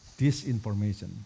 disinformation